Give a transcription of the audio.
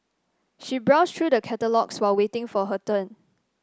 she browsed through the catalogues while waiting for her turn